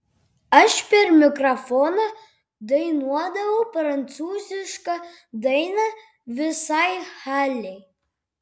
aš per mikrofoną dainuodavau prancūzišką dainą visai halei